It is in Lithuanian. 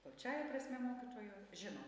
plačiąja prasme mokytojo žino